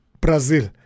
Brazil